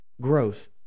Gross